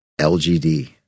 LGD